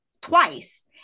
twice